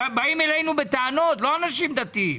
באים אלינו בטענות לא אנשים דתיים.